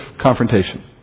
confrontation